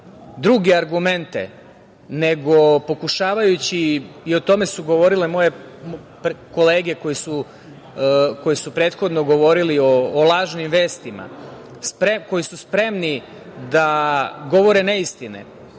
druge argumente, nego pokušavajući… i o tome su govorile moje kolege koji su prethodno govorili o lažnim vestima, koji su spremni da govore neistine,